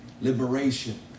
liberation